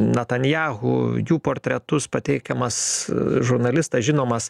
netanyahu jų portretus pateikiamas žurnalistas žinomas